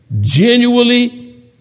Genuinely